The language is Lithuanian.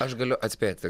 aš galiu atspėti